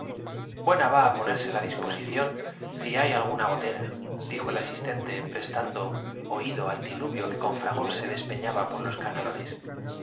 buena va á ponerce la dizpocición ci hay alguna no importa goteradijo el asistente prestando oído al diluvio que los picos y azadones fueron abriendo paso los pun con fragor se despeñaba por los